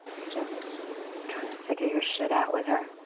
you're just trying to figure your shit out with her.